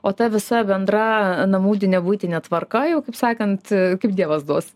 o ta visa bendra namudinė buitinė tvarka jau kaip sakant kaip dievas duos